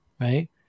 right